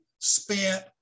spent